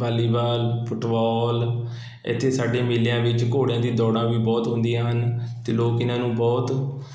volleyball football ਇੱਥੇ ਸਾਡੇ ਮੇਲਿਆਂ ਵਿੱਚ ਘੋੜਿਆਂ ਦੀ ਦੌੜਾਂ ਵੀ ਬਹੁਤ ਹੁੰਦੀਆਂ ਹਨ ਅਤੇ ਲੋਕ ਇਹਨਾਂ ਨੂੰ ਬਹੁਤ